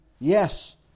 Yes